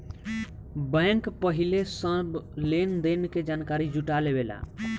bank पहिले सब लेन देन के जानकारी जुटा लेवेला